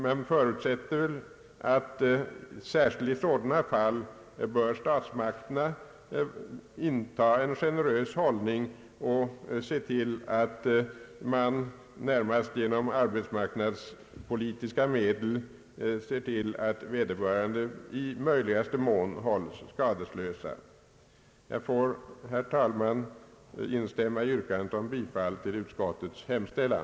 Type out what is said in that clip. Jag förutsätter emellertid att särskilt i sådana fall statsmakterna intar en generös hållning och ser till, närmast genom arbetsmarknadspolitiska medel, att vederbörande i möjligaste mån hålls skadeslösa. Jag får, herr talman, instämma i yrkandet om bifall till utskottets hemställan.